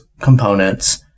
components